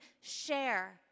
share